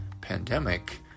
pandemic